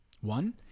One